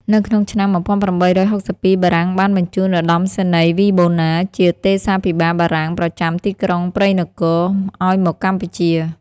នៅក្នុងឆ្នាំ ១៨៦២បារាំងបានបញ្ជូនឧត្តមនាវីបូណា ជាទេសាភិបាលបារាំងប្រចាំទីក្រុងព្រៃនគរ ឲ្យមកកម្ពុជា។